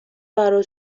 برا